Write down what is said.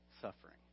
suffering